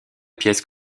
pièce